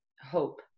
hope